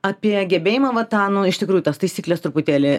apie gebėjimą va tą nu iš tikrųjų tas taisykles truputėlį